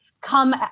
come